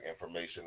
information